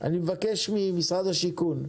אני מבקש ממשרד השיכון,